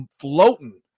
floating